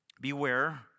Beware